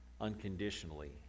unconditionally